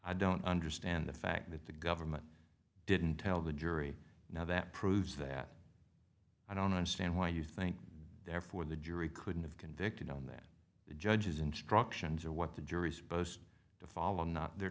i don't understand the fact that the government didn't tell the jury now that proves that i don't understand why you think therefore the jury couldn't have convicted known that the judge's instructions are what the jury supposed to follow not the